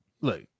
look